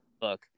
book